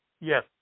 Yes